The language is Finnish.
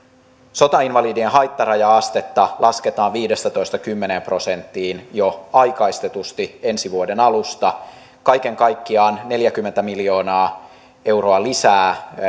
sotainvalidien haittaraja astetta lasketaan viidestätoista kymmeneen prosenttiin jo aikaistetusti ensi vuoden alusta kaiken kaikkiaan neljäkymmentä miljoonaa euroa lisätään